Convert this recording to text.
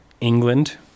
England